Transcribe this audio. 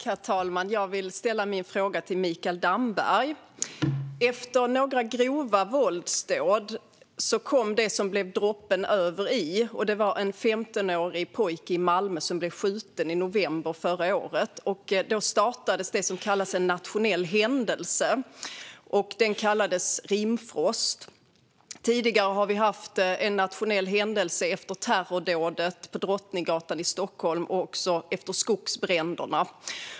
Herr talman! Jag vill ställa min fråga till Mikael Damberg. Efter några grova våldsdåd kom det som blev droppen, och det var när en 15-årig pojke i Malmö blev skjuten i november förra året. Då startades vad som kallas en nationell händelse. Den kallades Rimfrost. Tidigare har vi haft en nationell händelse efter terrordådet på Drottninggatan i Stockholm och efter skogsbränderna.